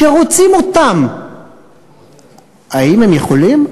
שרוצים אותם, האם הם יכולים?